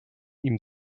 ihm